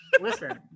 Listen